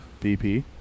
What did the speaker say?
BP